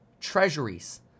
treasuries